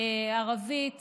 ערבית